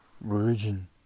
religion